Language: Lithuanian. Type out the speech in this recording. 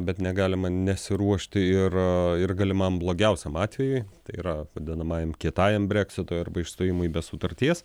bet negalima nesiruošti ir ir galimam blogiausiam atvejui tai yra vadinamajam kietajam breksitui arba išstojimui be sutarties